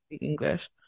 English